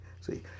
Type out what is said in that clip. See